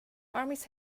armies